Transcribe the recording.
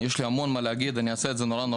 יש לי הרבה מה להגיד, אבל אעשה זאת בקצרה.